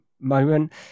moment